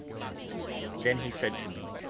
and then he said to me,